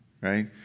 Right